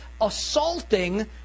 assaulting